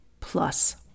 plus